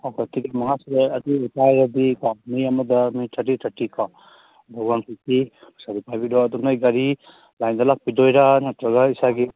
okay ticket ꯃꯉꯥꯁꯤꯗ ꯑꯗꯨ ꯑꯣꯏ ꯇꯥꯔꯒꯗꯤ ꯀꯣ ꯃꯤ ꯑꯃꯗ ꯅꯣꯏ ꯊꯥꯔꯇꯤ ꯊꯥꯔꯇꯤ ꯀꯣ ꯋꯥꯟ ꯐꯤꯐꯇꯤ ꯄꯩꯁꯥꯁꯦ ꯄꯥꯏꯕꯤꯔꯣ ꯑꯗꯣ ꯅꯣꯏ ꯒꯥꯔꯤ ꯂꯥꯏꯟꯗ ꯂꯥꯛꯄꯤꯗꯣꯏꯔꯥ ꯅꯠꯇꯔꯒ ꯏꯁꯥꯒꯤ